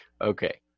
Okay